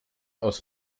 aus